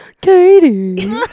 katie